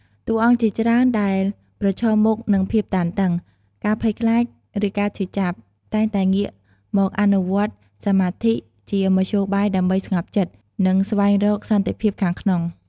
តួអង្គជាច្រើនដែលប្រឈមមុខនឹងភាពតានតឹង ការភ័យខ្លាច ឬការឈឺចាប់ តែងតែងាកមកអនុវត្តសមាធិជាមធ្យោបាយដើម្បីស្ងប់ចិត្ត និងស្វែងរកសន្តិភាពខាងក្នុង។